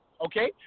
okay